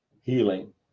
healing